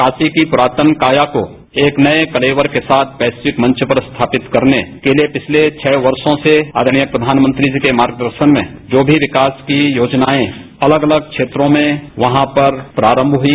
काशी की पुरातन काया को एक नये क्लेवर के साथ वैश्विक मंच पर स्थापित करने के लिए पिछले छह वर्षों से आदरणीय प्रधानमंत्री जी के मार्गदर्शन में जो भी विकास की योजनाएं अलग अलग क्षेत्रों में वहां पर प्रारंभ हुई